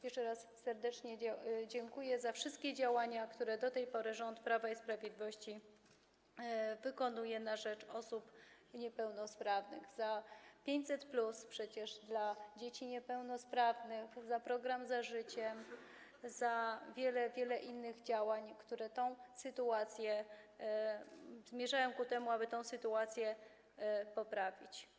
Jeszcze raz serdecznie dziękuję za wszystkie działania, które do tej pory rząd Prawa i Sprawiedliwości wykonuje na rzecz osób niepełnosprawnych, za 500+ dla dzieci niepełnosprawnych, za program „Za życiem”, za wiele, wiele innych działań, które zmierzają ku temu, aby tę sytuację poprawić.